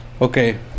Okay